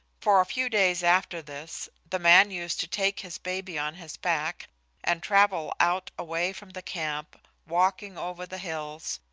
for a few days after this, the man used to take his baby on his back and travel out away from the camp, walking over the hills,